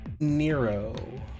nero